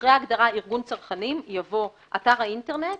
(1)אחרי ההגדרה "ארגון צרכנים" יבוא: ""אתר האינטרנט"